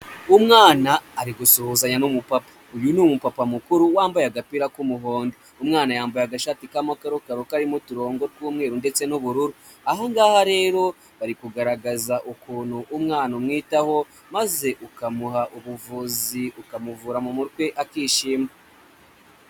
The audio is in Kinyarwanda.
Umwana ari gusuhuzanya n'umupapa, uyu ni umupapa mukuru wambaye agapira k'umuhondo umwana yambaye agashati ka amakarokaro karimo uturongo tw'umweru ndetse n'ubururu. Aho ngaha rero bari kugaragaza ukuntu umwana umwitaho maze ukamuha ubuvuzi ukamuvura mu mutwe akishima.